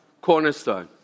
Cornerstone